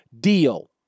deal